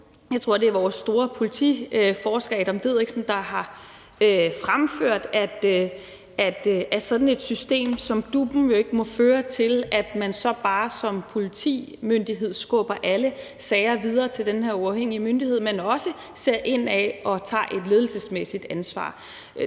kultur. Altså, vores store politiforsker Adam Diderichsen, tror jeg det er, har fremført, at sådan et system som DUP'en jo ikke må føre til, at man så bare som politimyndighed skubber alle sager videre til den her uafhængige myndighed, men også ser indad og tager et ledelsesmæssigt ansvar.